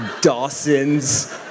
Dawson's